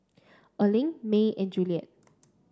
Erling May and Juliette